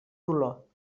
dolor